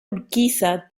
urquiza